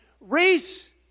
race